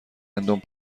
گندم